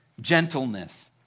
gentleness